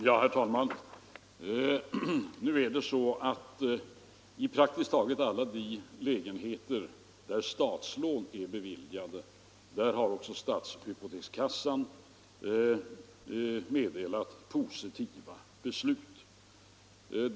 Herr talman! I fråga om praktiskt taget alla de lägenheter där statslån är beviljade har stadshypotekskassan meddelat positivt beslut.